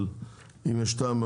החשמול של התחנה הזו הוא חשמול מאוד